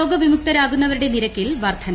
രോഗവിമുക്തരാകുന്നവരൂട്ട് നിരക്കിൽ വർദ്ധന